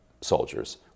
soldiers